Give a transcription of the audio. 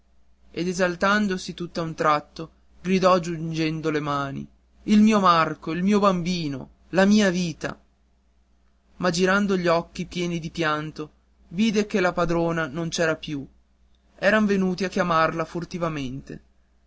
ed esaltandosi tutt'a un tratto gridò giungendo le mani il mio marco il mio bambino la vita mia ma girando gli occhi pieni di pianto vide che la padrona non c'era più eran venuti a chiamarla furtivamente